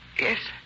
Yes